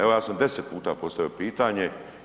Evo, ja sam 10 puta postavio pitanje.